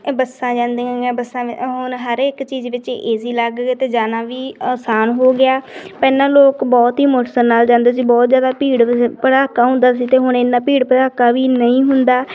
ਬੱਸਾਂ ਜਾਂਦੀਆਂ ਬੱਸਾਂ ਹੁਣ ਹਰ ਇੱਕ ਚੀਜ਼ ਵਿੱਚ ਏ ਸੀ ਲੱਗ ਗਏ ਅਤੇ ਜਾਣਾ ਵੀ ਆਸਾਨ ਹੋ ਗਿਆ ਪਹਿਲਾਂ ਲੋਕ ਬਹੁਤ ਹੀ ਨਾਲ ਜਾਂਦੇ ਸੀ ਬਹੁਤ ਜ਼ਿਆਦਾ ਭੀੜ ਭੜਾਕਾ ਹੁੰਦਾ ਸੀ ਅਤੇ ਹੁਣ ਇੰਨਾ ਭੀੜ ਭੜਾਕਾ ਵੀ ਨਹੀਂ ਹੁੰਦਾ